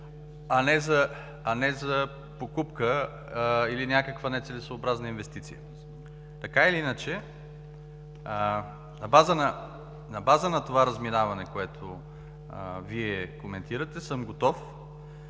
а не за покупка или някаква нецелесъобразна инвестиция. Така или иначе на база на това разминаване, което Вие коментирате, съм готов